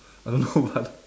I don't know but